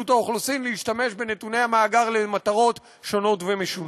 האוכלוסין להשתמש בנתוני המאגר למטרות שונות ומשונות.